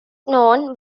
known